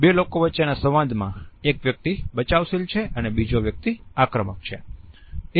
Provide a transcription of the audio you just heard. બે લોકો વચ્ચેના સંવાદમાં એક વ્યક્તિ બચાવશીલ છે અને બીજો વ્યક્તિ આક્રમક છે